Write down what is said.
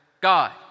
God